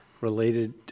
related